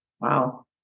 Wow